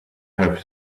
have